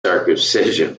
circumcision